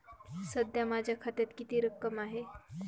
सध्या माझ्या खात्यात किती रक्कम आहे?